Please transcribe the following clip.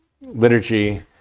liturgy